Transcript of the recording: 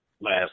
last